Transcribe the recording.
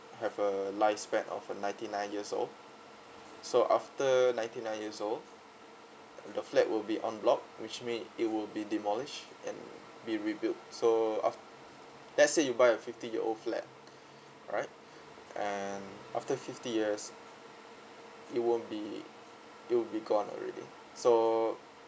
have a lifespan of uh ninety nine years old so after ninety nine years old the flat will be en bloc which means it will be demolished and be rebuilt so af~ let's say you buy a fifty year old flat alright and after fifty years it won't be it will be gone already so